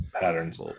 patterns